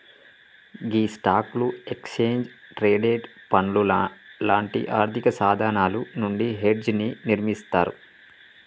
గీ స్టాక్లు, exchange traded పండ్లు లాంటి ఆర్థిక సాధనాలు నుండి హెడ్జ్ ని నిర్మిస్తారు